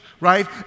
right